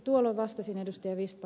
tuolloin vastasin ed